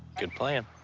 good plan.